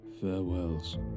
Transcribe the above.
Farewells